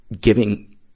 giving